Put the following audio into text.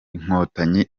inkotanyi